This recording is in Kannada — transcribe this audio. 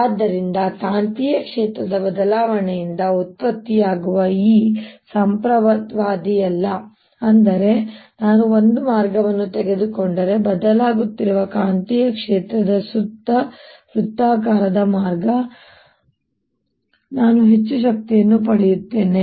ಆದ್ದರಿಂದ ಕಾಂತೀಯ ಕ್ಷೇತ್ರದ ಬದಲಾವಣೆಯಿಂದ ಉತ್ಪತ್ತಿಯಾಗುವ E ಸಂಪ್ರದಾಯವಾದಿಯಲ್ಲ ಅಂದರೆ ನಾನು ಒಂದು ಮಾರ್ಗವನ್ನು ತೆಗೆದುಕೊಂಡರೆ ಬದಲಾಗುತ್ತಿರುವ ಕಾಂತೀಯ ಕ್ಷೇತ್ರದ ಸುತ್ತ ವೃತ್ತಾಕಾರದ ಮಾರ್ಗ ನಾನು ಹೆಚ್ಚು ತಿರುಗುತ್ತೇನೆ ನಾನು ಹೆಚ್ಚು ಶಕ್ತಿಯನ್ನು ಪಡೆಯುತ್ತೇನೆ